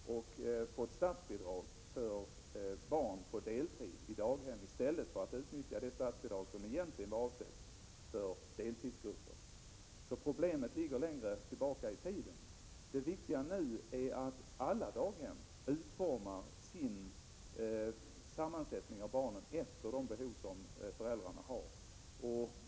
Man har då fått statsbidrag för barn som är på daghem på deltid i stället för att utnyttja det statsbidrag som egentligen var avsatt för deltidsgrupper. Problemet ligger således längre tillbaka i tiden. Det viktiga nu är att alla daghem utformar sammansättningen när det gäller barnen efter de behov som föräldrarna har.